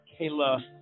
Kayla